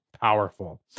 Powerful